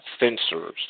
sensors